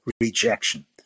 rejection